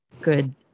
good